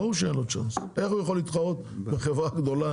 איך הוא יכול להתחרות בחברה גדולה